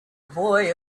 boy